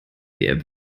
der